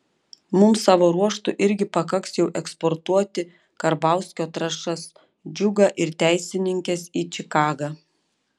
mums savo ruožtu irgi pakaks jau eksportuoti karbauskio trąšas džiugą ir teisininkes į čikagą